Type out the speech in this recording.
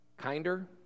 kinder